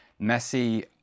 Messi